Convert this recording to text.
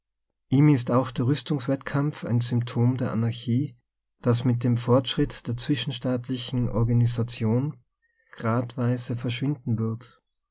ihm ist auch der rüstungs wettkampf ein symptom der anarchie das mit dem fortschritt der zwischenstaatlichen organi sation gradweise verschwinden wird